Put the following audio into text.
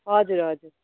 हजुर हजुर